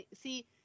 see